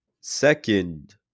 second